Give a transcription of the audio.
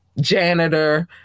janitor